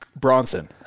Bronson